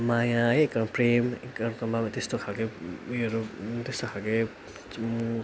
माया है एकअर्कामा प्रेम एकअर्कामा त्यस्तो खालके उयोहरू त्यस्तो खालके